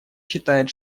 считает